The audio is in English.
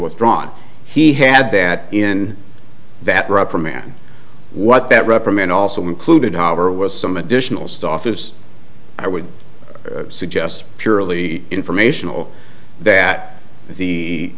withdrawn he had that in that reprimand what that reprimand also included however was some additional stuff is i would suggest purely informational that the